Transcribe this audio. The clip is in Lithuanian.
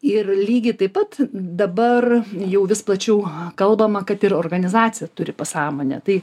ir lygiai taip pat dabar jau vis plačiau kalbama kad ir organizacija turi pasąmonę tai